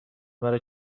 مرا